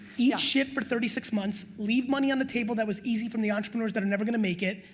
eat shit for thirty six months, leave money on the table that was easy from the entrepreneurs that are never gonna make it,